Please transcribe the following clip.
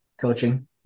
coaching